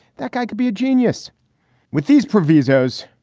that guy could be a genius with these provisos.